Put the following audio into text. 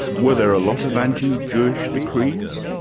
were there a lot of anti-jewish decrees?